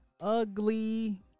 ugly